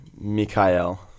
Mikhail